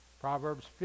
Proverbs